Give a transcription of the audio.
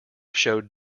showed